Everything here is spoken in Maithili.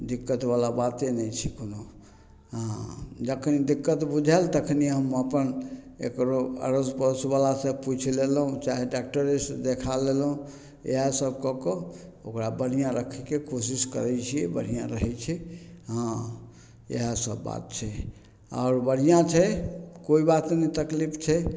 दिक्कतवला बाते नहि छै कोनो हँ जखन दिक्कत बुझायल तखने हम अपन एकरो अड़ोस पड़ोसवला सँ पूछि लेलहुँ चाहे डाक्टरेसँ देखा लेलहुँ इएह सब कए कऽ ओकरा बढ़िआँ रखयके कोशिश करय छियै बढ़िआँ रहय छै हँ इएह सब बात छै आओर बढ़िआँ छै कोइ बात नहि तकलीफ छै